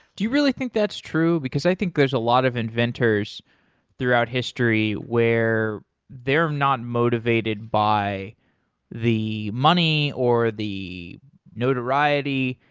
do you really think that's true? i think there's a lot of inventors throughout history where they are not motivated by the money or the notoriety.